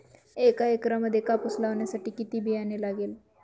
एका एकरामध्ये कापूस लावण्यासाठी किती बियाणे लागेल?